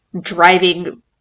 driving